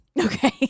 okay